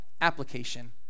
application